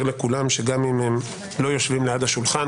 לכולם שגם אם הם לא יושבים ליד הממשלה,